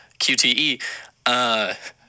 QTE